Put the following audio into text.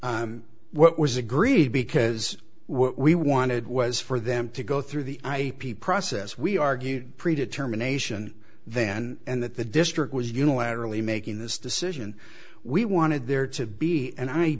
what was agreed because we wanted was for them to go through the ip process we argued pre determination then and that the district was unilaterally making this decision we wanted there to be an